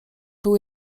był